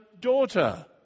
daughter